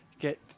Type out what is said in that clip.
get